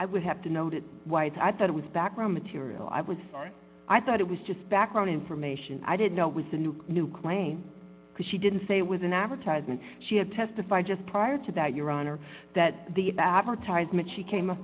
i would have to know that white i thought it was background material i was sorry i thought it was just background information i didn't know it was a new new claim because she didn't say it was an advertisement she had testified just prior to that your honor that the advertisement she came up